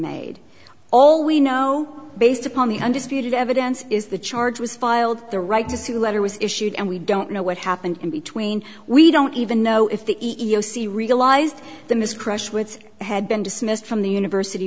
made all we know based upon the undisputed evidence is the charge was filed the right to sue letter was issued and we don't know what happened in between we don't even know if the e e o c realized the missed crush words had been dismissed from the university